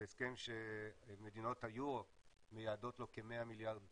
זה הסכם שמדינות היורו מייעדות לו כ-100 מיליארד יורו,